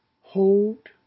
hold